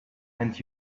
and